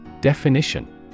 Definition